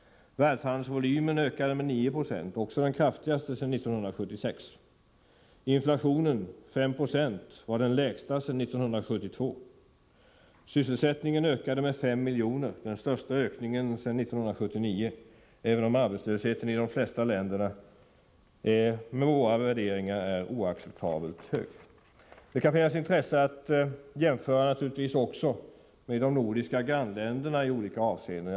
Världshandelsvolymen ökade med 9 96, också den kraftigaste sedan 1976. Inflationen, 5 26, var den lägsta sedan 1972. Sysselsättningen ökade med 5 miljoner, den största ökningen sedan 1979, även om arbetslösheten i de flesta länderna är oacceptabelt hög med våra värderingar. Det kan naturligtvis finnas intresse av att i olika avseenden också jämföra med ett par av våra nordiska grannländer.